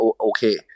okay